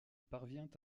parvient